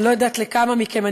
אני לא יודעת לכמה מכם,